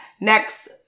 Next